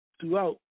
throughout